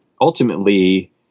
ultimately